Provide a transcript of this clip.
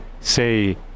say